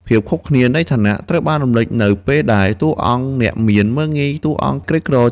ភាពខុសគ្នានៃឋានៈ ត្រូវបានរំលេចនៅពេលដែលតួអង្គអ្នកមានមើលងាយតួអង្គក្រីក្រ។